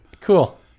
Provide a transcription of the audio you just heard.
Cool